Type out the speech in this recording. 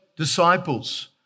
Disciples